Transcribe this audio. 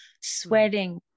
sweating